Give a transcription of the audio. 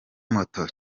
moto